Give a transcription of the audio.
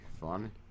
fun